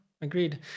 agreed